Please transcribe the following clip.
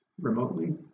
remotely